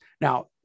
Now-